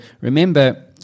remember